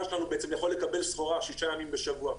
שלנו יכול לקבל סחורה שישה ימים בשבוע.